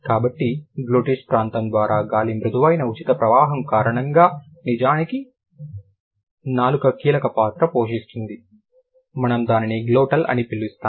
కాబట్టి గ్లోటిస్ ప్రాంతం ద్వారా గాలి మృదువైన ఉచిత ప్రవాహం కారణంగా నాలుక నిజానికి కీలక పాత్ర పోషిస్తోంది మనము దానిని గ్లోటల్ అని పిలుస్తాము